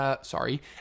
sorry